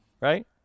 right